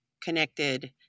connected